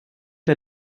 der